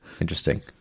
Interesting